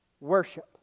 worship